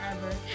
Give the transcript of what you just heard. forever